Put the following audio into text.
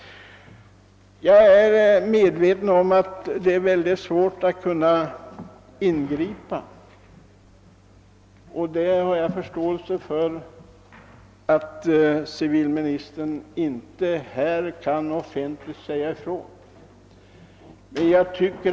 Jag är medveten om att det är svårt för regeringen att ingripa, och jag har förståelse för att civilministern inte här kan säga ifrån offentligt.